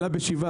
עלה ב-7%,